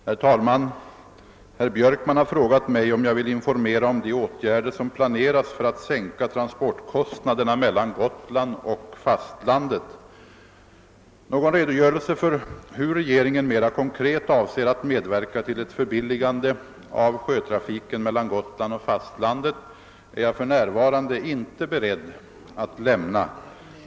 Herr talman! Herr Björkman har frågat mig, om jag vill informera om de åtgärder som planeras för att sänka transportkostnaderna mellan Gotland och fastlandet. Någon redogörelse för hur regeringen mera konkret avser att medverka till ett förbilligande av sjötrafiken mellan Gotland och fastlandet är jag för när varande inte beredd att lämna.